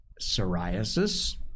psoriasis